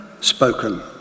spoken